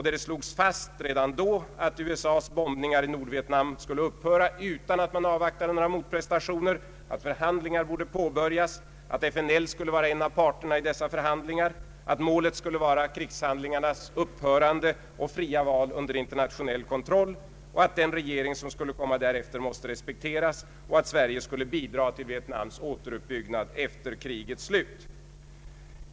Där slogs det redan då fast att USA:s bombningar i Nordvietnam skulle upphöra utan att man avvaktade några motprestationer, att förhandlingar borde påbörjas, att FNL skulle vara en av parterna i dessa förhandlingar, att målet skulle vara krigshandlingarnas upphörande och fria val under internationell kontroll, att den regering som skulle kom ma därefter måste respekteras och att Sverige skulle bidra till Vietnams återuppbyggnad efter krigets slut.